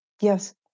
Yes